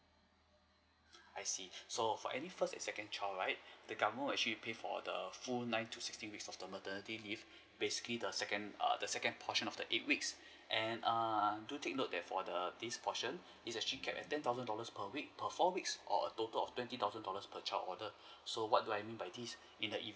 I see so for any first and second child right the government will actually pay for the full nine to sixteen week of the maternity leave basically the second err the second portion of the eight weeks and err do take note that for the this portion is actually capped at ten thousand dollars per week per four weeks or total of twenty thousand dollars per child order so what do I mean by this in the event